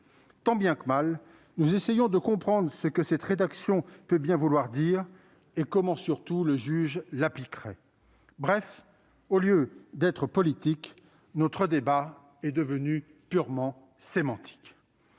Tant bien que mal, nous essayons de comprendre ce que cette rédaction peut bien vouloir dire et comment le juge l'appliquerait. Bref, au lieu d'être politique, notre débat est devenu purement sémantique.